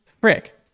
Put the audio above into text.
frick